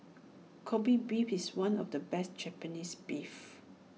Kobe Beef is one of the best Japanese Beef